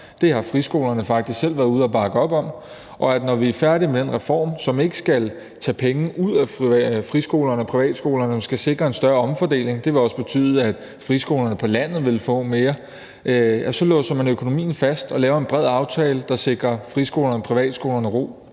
det har friskolerne faktisk selv været ude at bakke op om, og at når vi er færdige med den reform, som ikke skal tage penge ud af friskolerne og privatskolerne, men skal sikre en større omfordeling – det vil også betyde, at friskolerne på landet vil få mere – så låser man økonomien fast og laver en bred aftale, der sikrer friskolerne og privatskolerne ro.